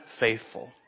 faithful